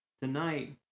tonight